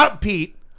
Pete